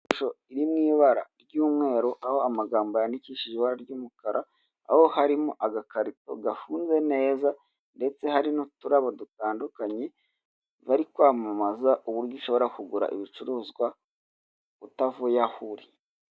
Ishusho iri mw'ibara ry'umweru aho amagambo yandikishije ibara ry'umukara aho harimo agakarito gafunze neza ndetse hari n'uturabo dutandukanye, bari kwamamaza uburyo ushobora kugura ibicuruzwa utavuye aho uri.